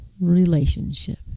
relationship